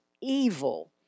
evil